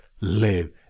Live